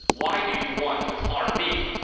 why do you want to harm me?